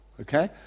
Okay